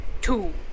two